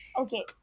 Okay